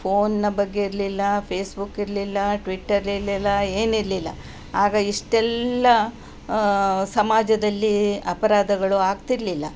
ಫೋನ್ನ ಬಗ್ಗೆ ಇರಲಿಲ್ಲ ಫೇಸ್ಬುಕ್ ಇರಲಿಲ್ಲ ಟ್ವಿಟ್ಟರ್ ಇರಲಿಲ್ಲ ಏನಿರಲಿಲ್ಲ ಆಗ ಇಷ್ಟೆಲ್ಲ ಸಮಾಜದಲ್ಲಿ ಅಪರಾಧಗಳು ಆಗ್ತಿರಲಿಲ್ಲ